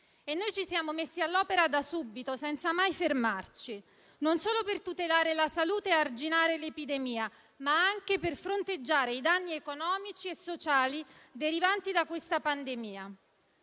E noi ci siamo messi all'opera da subito senza mai fermarci, e non solo per tutelare la salute e arginare l'epidemia, ma anche per fronteggiare i danni economici e sociali derivanti dalla pandemia.